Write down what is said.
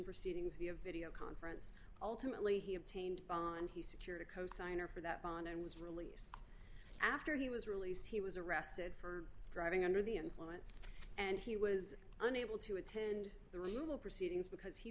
proceedings via video conference ultimately he obtained bond he secured a cosigner for that bond and was really after he was released he was arrested for driving under the influence and he was unable to attend the removal proceedings because he